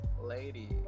lady